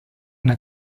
una